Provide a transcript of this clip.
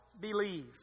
believe